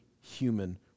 human